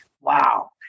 wow